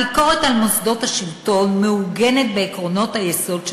הביקורת על מוסדות השלטון מעוגנת בעקרונות היסוד של